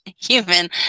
human